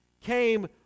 came